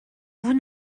vous